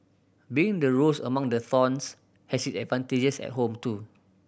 being the rose among the thorns has its advantages at home too